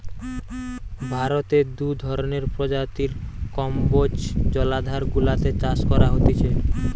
ভারতে দু ধরণের প্রজাতির কম্বোজ জলাধার গুলাতে চাষ করা হতিছে